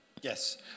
Yes